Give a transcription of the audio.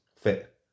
fit